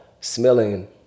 smelling